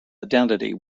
identity